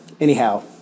anyhow